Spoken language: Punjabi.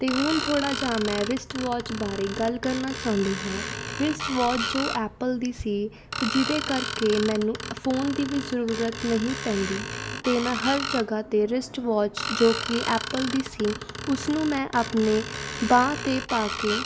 ਅਤੇ ਹੁਣ ਥੋੜ੍ਹਾ ਜਿਹਾ ਮੈਂ ਰਿਸਟ ਵੋਚ ਬਾਰੇ ਗੱਲ ਕਰਨਾ ਚਾਹੁੰਦੀ ਹਾਂ ਰਿਸਟ ਵੋਚ ਜੋ ਐਪਲ ਦੀ ਸੀ ਅਤੇ ਜਿਹਦੇ ਕਰਕੇ ਮੈਨੂੰ ਫੋਨ ਦੀ ਵੀ ਜ਼ਰੂਰਤ ਨਹੀਂ ਪੈਂਦੀ ਅਤੇ ਮੈਂ ਹਰ ਜਗ੍ਹਾ 'ਤੇ ਰਿਸਟ ਵੋਚ ਜੋ ਕਿ ਐਪਲ ਦੀ ਸੀ ਉਸਨੂੰ ਮੈਂ ਆਪਣੇ ਬਾਂਹ 'ਤੇ ਪਾ ਕੇ